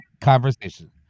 conversation